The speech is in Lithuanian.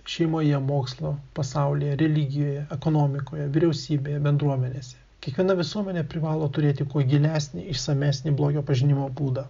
šeimoje mokslo pasaulyje religijoje ekonomikoje vyriausybėje bendruomenėse kiekviena visuomenė privalo turėti kuo gilesnį išsamesnį blogio pažinimo būdą